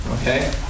Okay